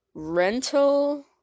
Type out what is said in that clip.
Rental